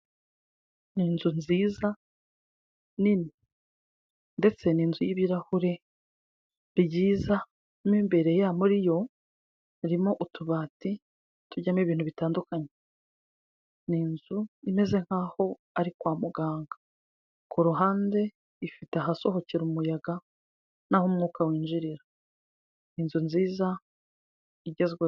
Ni inzu nziza nini, ndetse ni inzu y'ibirahure byiza, mo imbere muri yo harimo utubati tujyamo ibintu bitandukanye, ni inzu imeze nk'aho ari kwa muganga, ku ruhande ifite ahasohokera umuyaga, n'aho umwuka winjirira, ni inzu nziza igezweho.